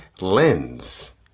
lens